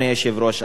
אדוני היושב-ראש,